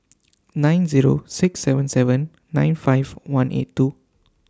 nine Zero six seven seven nine five one eight two